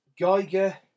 Geiger